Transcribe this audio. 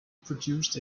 produced